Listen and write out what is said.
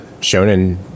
shonen